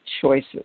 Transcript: choices